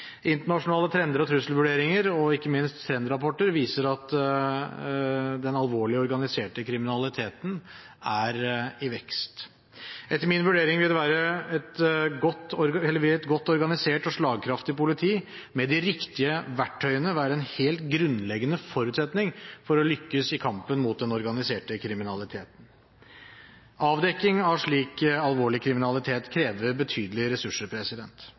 Internasjonale trender og trusselvurderinger, ikke minst trendrapporter, viser at den alvorlige organiserte kriminaliteten er i vekst. Etter min vurdering vil et godt organisert og slagkraftig politi med de riktige verktøyene være en helt grunnleggende forutsetning for å lykkes i kampen mot den organiserte kriminaliteten. Avdekking av slik alvorlig kriminalitet krever betydelige ressurser.